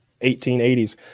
1880s